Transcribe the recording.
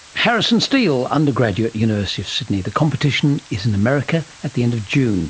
harrison steel, undergraduate, university of sydney. the competition is in america at the end of june